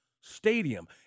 stadium